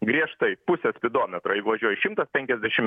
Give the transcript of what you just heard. griežtai pusė spidometro jeigu važiuoji šimtas penkiasdešim